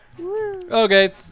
Okay